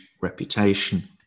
reputation